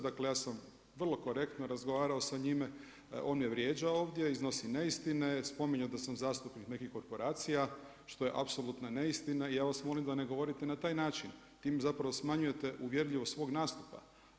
Dakle ja sam vrlo korektno razgovarao sa njime, on me vrijeđa ovdje, iznosi neistine, spominje da sam zastupnik nekih korporacija što je apsolutna neistina i ja vas molim da ne govorite na taj način, time zapravo smanjujete uvjerljivost svog nastupa.